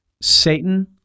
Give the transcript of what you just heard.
Satan